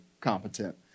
competent